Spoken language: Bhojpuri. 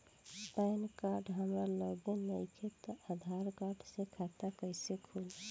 पैन कार्ड हमरा लगे नईखे त आधार कार्ड से खाता कैसे खुली?